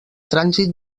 trànsit